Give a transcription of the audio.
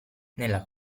nella